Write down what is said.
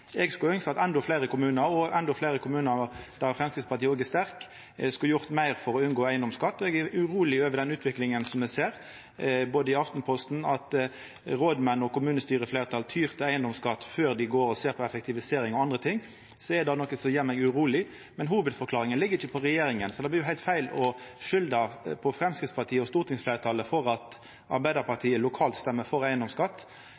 Eg skulle ønskt at endå fleire kommunar og endå fleire kommunar der Framstegspartiet er sterkt, hadde gjort meir for å unngå eigedomsskatt. Eg er uroleg over den utviklinga som me ser. Me les i bl.a. Aftenposten at rådmenn og kommunestyrefleirtal tyr til eigedomsskatt før dei ser på effektivisering og andre ting. Det er noko som gjer meg uroleg, men hovudforklaringa ligg ikkje hjå regjeringa. Så det blir heilt feil å skulda på Framstegspartiet og stortingsfleirtalet for at Arbeidarpartiet lokalt stemmer for eigedomsskatt.